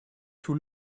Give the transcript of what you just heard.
too